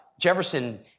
Jefferson